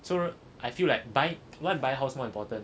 so I feel like buy why buy house more important